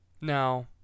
Now